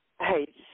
Hey